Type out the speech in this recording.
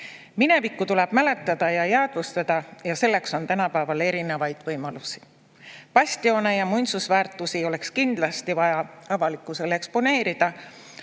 Minevikku tuleb mäletada ja jäädvustada. Selleks on tänapäeval erinevaid võimalusi. Bastione ja muinsusväärtusi oleks kindlasti vaja avalikkusele eksponeerida,